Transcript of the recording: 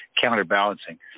counterbalancing